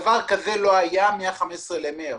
דבר כזה לא היה מה-15 למרס.